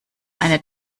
eine